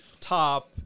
top